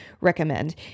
recommend